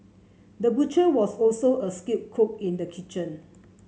the butcher was also a skilled cook in the kitchen